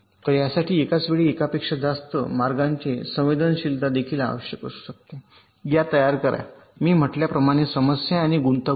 तर यासाठी एकाचवेळी एकापेक्षा जास्त मार्गाचे संवेदनशीलता देखील आवश्यक असू शकते या तयार करा मी म्हटल्याप्रमाणे समस्या आणि गुंतागुंत